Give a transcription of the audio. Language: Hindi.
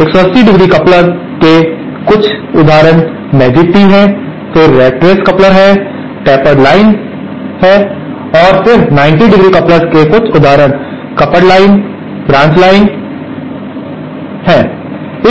180° कप्लर्स के कुछ उदाहरण मैजिक टी हैं फिर rat race coupler tapered line कहते हैं और फिर 90° कप्लर्स के कुछ उदाहरण कपल्ड लाइन ब्रांच लाइन